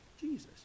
Jesus